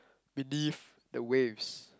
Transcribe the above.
beneath the waves